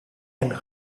and